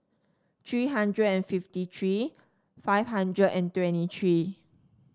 three hundred and fifty three five hundred and twenty three